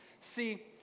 See